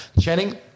Channing